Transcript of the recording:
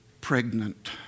pregnant